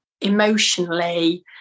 emotionally